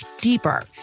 deeper